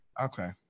Okay